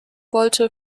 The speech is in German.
wollte